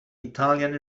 italian